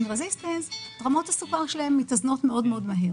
resistance רמות הסוכר שלהם מתאזנות מהר מאוד.